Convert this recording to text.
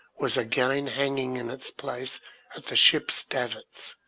was again hanging in its place at the ship's davits,